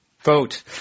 Vote